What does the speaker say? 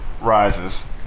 rises